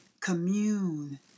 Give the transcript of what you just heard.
commune